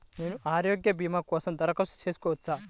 నేను ఆరోగ్య భీమా కోసం దరఖాస్తు చేయవచ్చా?